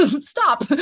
stop